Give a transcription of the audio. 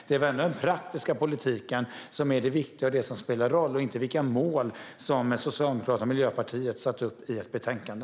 Det är väl ändå den praktiska politiken som är det viktiga och som spelar roll, inte vilka mål som Socialdemokraterna och Miljöpartiet har satt upp i ett betänkande?